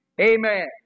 Amen